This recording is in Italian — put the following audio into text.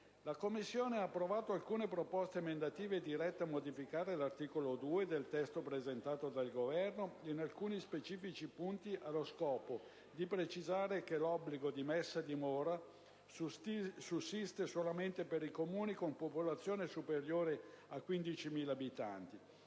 La Commissione ha approvato alcune proposte emendative dirette a modificare l'articolo 2 del testo presentato dal Governo in alcuni specifici punti, allo scopo di precisare che l'obbligo di messa a dimora sussiste solamente per i Comuni con popolazione superiore a 15.000 abitanti,